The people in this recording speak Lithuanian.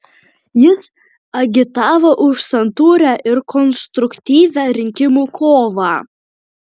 jis agitavo už santūrią ir konstruktyvią rinkimų kovą